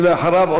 אחריו,